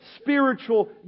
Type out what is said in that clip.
spiritual